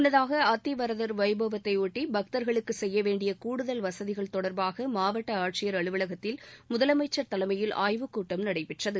முன்னதாக அத்திவரதர் வைபவத்தை ஒட்டி பக்தர்களுக்கு செய்ய வேண்டிய கூடுதல் வசதிகள் தொடர்பாக மாவட்ட ஆட்சியர் அலுவலகத்தில் முதலமைச்சர் தலைமையில் ஆய்வுக்கூட்டம் நடைபெற்றது